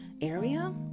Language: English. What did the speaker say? area